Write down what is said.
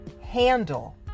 handle